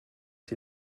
sie